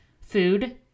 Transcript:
food